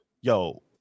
yo